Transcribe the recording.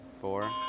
four